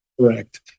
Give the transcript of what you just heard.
correct